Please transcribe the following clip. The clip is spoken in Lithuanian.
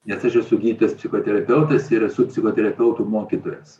nes aš esu gydytojas psichoterapeutas ir esu psichoterapeutų mokytojas